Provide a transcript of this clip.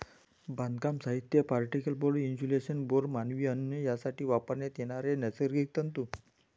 बांधकाम साहित्य, particle board, insulation board, मानवी अन्न यासाठी वापरण्यात येणारे नैसर्गिक तंतू